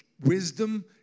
wisdom